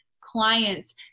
clients